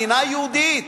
מדינה יהודית.